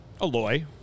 Aloy